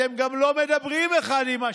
אתם גם לא מדברים אחד עם השני.